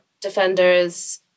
defenders